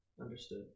Understood